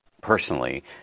personally